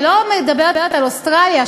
אני לא מדברת על אוסטרליה,